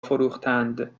فروختند